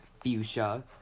fuchsia